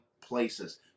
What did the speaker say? places